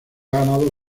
ganado